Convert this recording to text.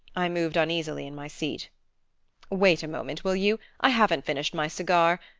i moved uneasily in my seat wait a moment, will you? i haven't finished my cigar.